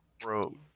Bro